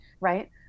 right